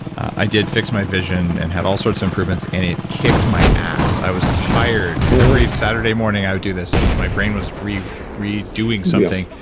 i did fix my vision and had all sorts of improvements, and it kicked my ass. i was tired. every saturday morning, i would do this, and my brain was redoing redoing something.